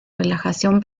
relajación